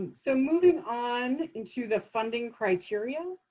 so moving on into the funding criteria.